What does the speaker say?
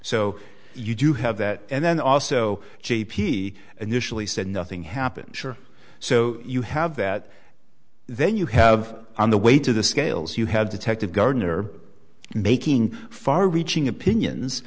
so you do have that and then also j p initially said nothing happened sure so you have that then you have on the way to the scales you have detected gardener making far reaching opinions